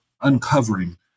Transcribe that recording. uncovering